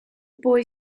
boy